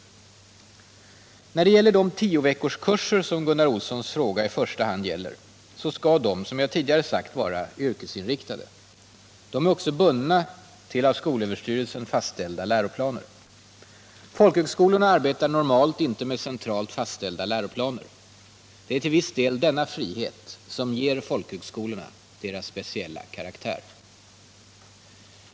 folkhögskolan När det gäller de tioveckorskurser som Gunnar Olssons fråga i första hand gäller så skall dessa, som jag tidigare sagt, vara yrkesinriktade. De är också bundna till av skolöverstyrelsen fastställda läroplaner. Folkhögskolorna arbetar normalt inte med centralt fastställda läroplaner. Det är till viss del denna frihet som ger folkhögskolorna deras speciella karaktär.